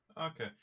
okay